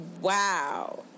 wow